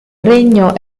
regno